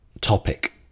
topic